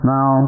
Now